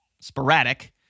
sporadic